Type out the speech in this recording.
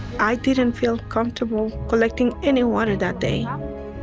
i didn't feel comfortable collecting any water that day.